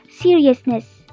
seriousness